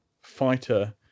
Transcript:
fighter